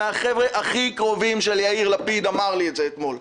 אחד מהחבר'ה הכי קרובים של יאיר לפיד אמר לי את זה אתמול.